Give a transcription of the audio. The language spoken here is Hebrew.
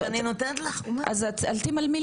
אותו אדם.